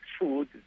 food